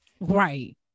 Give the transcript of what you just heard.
Right